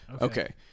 Okay